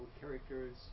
characters